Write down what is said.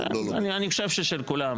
אני חושב ששל כולם.